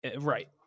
Right